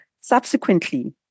subsequently